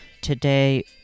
today